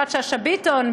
יפעת שאשא ביטון,